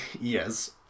yes